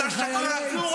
ולדימיר,